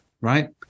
right